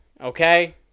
okay